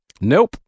Nope